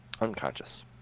unconscious